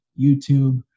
YouTube